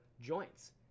joints